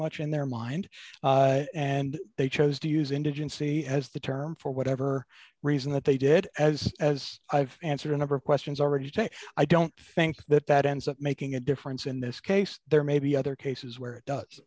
much in their mind and they chose to use indigency as the term for whatever reason that they did as as i've answered a number of questions already today i don't think that that ends up making a difference in this case there may be other cases where it does